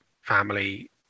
family